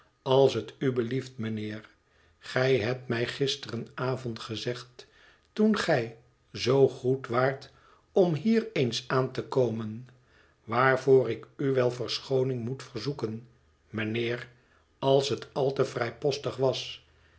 als t u belieft mijnheer gij hebt mij gisteravond gezegd toen gij zoo goed waart om hier eens aan te komen waarvoor ik u wel verschooning moet verzoeken mijnheer als het al te vrijpostig was